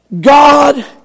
God